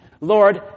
Lord